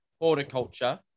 horticulture